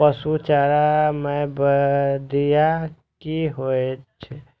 पशु चारा मैं बढ़िया की होय छै?